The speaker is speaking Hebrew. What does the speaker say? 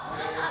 לא.